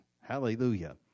Hallelujah